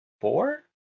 four